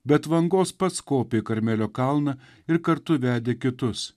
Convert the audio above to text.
be atvangos pats kopė į karmelio kalną ir kartu vedė kitus